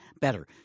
better